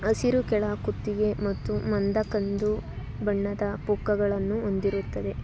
ಹಸಿರು ಕೆಳ ಕುತ್ತಿಗೆ ಮತ್ತು ಮಂದ ಕಂದು ಬಣ್ಣದ ಪುಕ್ಕಗಳನ್ನು ಹೊಂದಿರುತ್ತದೆ